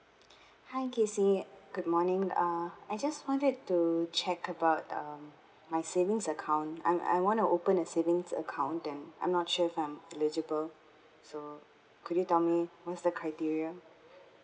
hi kexy good morning uh I just wanted to check about um my savings account I'm I wanna open a savings account then I'm not sure if I'm eligible so could you tell me what's the criteria